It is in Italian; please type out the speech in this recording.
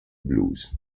blues